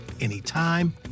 anytime